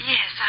Yes